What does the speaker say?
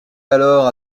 alors